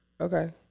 Okay